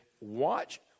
Watch